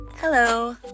Hello